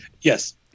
Yes